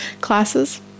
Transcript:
classes